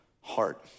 heart